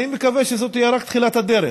אני מקווה שזו תהיה רק תחילת הדרך